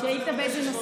לא.